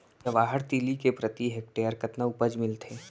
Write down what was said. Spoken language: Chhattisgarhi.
जवाहर तिलि के प्रति हेक्टेयर कतना उपज मिलथे?